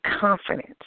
confidence